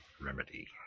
remedy